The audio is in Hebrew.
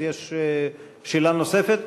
אז יש שאלה נוספת?